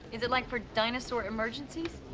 is it like for dinosaur emergencies?